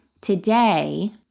today